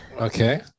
Okay